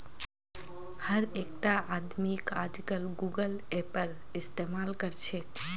हर एकटा आदमीक अजकालित गूगल पेएर इस्तमाल कर छेक